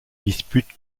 dispute